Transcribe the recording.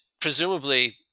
presumably